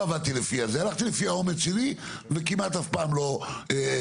הלכתי לפי האומץ שלי וכמעט אף פעם לא הפסדתי.